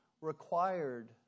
required